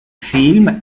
film